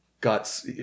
Got